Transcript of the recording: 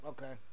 Okay